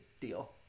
deal